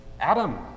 Adam